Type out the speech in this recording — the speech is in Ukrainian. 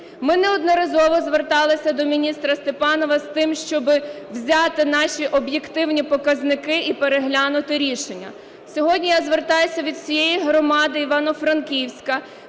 Ми неодноразово зверталися до міністра Степанова з тим, щоб взяти наші об'єктивні показники і переглянути рішення. Сьогодні я звертаюся від всієї громади Івано-Франківська